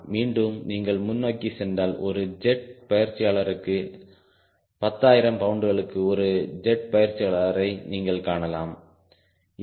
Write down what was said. மீண்டும் நீங்கள் முன்னோக்கி சென்றால் ஒரு ஜெட் பயிற்சியாளருக்கு 10 ஆயிரம் பவுண்டுகளுக்கு ஒரு ஜெட் பயிற்சியாளரைக நீங்கள் காணலாம் இது 0